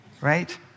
right